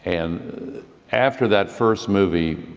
and after that first movie,